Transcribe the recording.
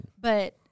But-